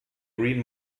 green